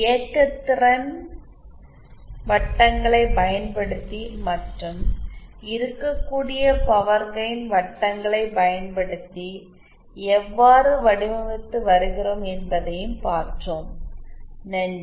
இயக்க திறன் வட்டங்களைப் பயன்படுத்தி மற்றும் இருக்கக்கூடிய பவர் கெயின் வட்டங்களை பயன்படுத்தி எவ்வாறு வடிவமைத்து வருகிறோம் என்பதையும் பார்த்தோம் நன்றி